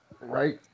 Right